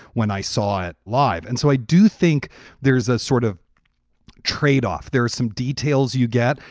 when i saw it live. and so i do think there's a sort of tradeoff. there are some details you get.